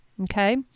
Okay